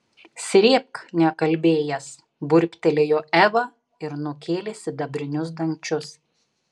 srėbk nekalbėjęs burbtelėjo eva ir nukėlė sidabrinius dangčius